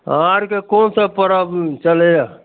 अहाँ आओरके कोनसब परब चलैए